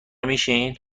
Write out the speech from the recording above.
میشین